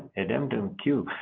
addendum q?